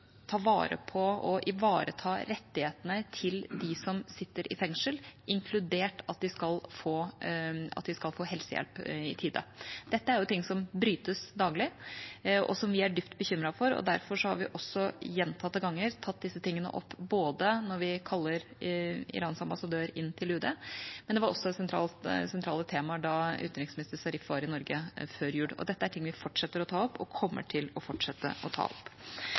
ivareta rettighetene til dem som sitter i fengsel, inkludert at de skal få helsehjelp i tide. Dette er noe som brytes daglig, og som vi er dypt bekymret for. Derfor har vi også gjentatte ganger tatt disse tingene opp når vi kaller Irans ambassadør inn til UD. Det var også sentrale temaer da utenriksminister Zarif var i Norge før jul. Dette er noe vi tar opp og kommer til å fortsette å ta opp.